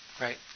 right